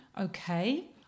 Okay